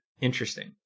interesting